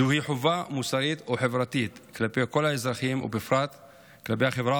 זוהי חובה מוסרית וחברתית כלפי כל האזרחים,